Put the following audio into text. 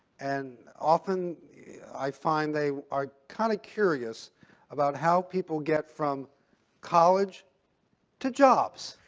and often i find they are kind of curious about how people get from college to jobs.